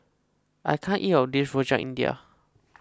I can't eat all of this Rojak India